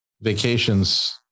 vacations